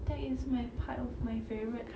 that is my part of my favourite